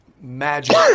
magic